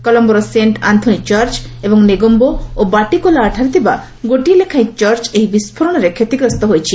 କଳମ୍ଘୋର saint ଆନ୍ନୋନି church ଏବଂ ନେଗୋମ୍ବୋ ଓ ବାଟିକାଲୋଆଠାରେ ଥିବା ଗୋଟିଏ ଲେଖାଏଁ ଚର୍ଚ୍ଚ ବିସ୍ଫୋରଣରେ କ୍ଷତିଗ୍ରସ୍ତ ହୋଇଛି